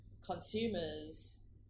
consumers